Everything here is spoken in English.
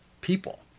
people